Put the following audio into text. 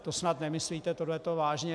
To snad nemyslíte tohleto vážně!